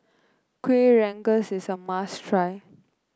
Kuih Rengas is a must try